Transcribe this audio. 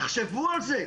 תחשבו על זה.